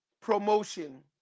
promotion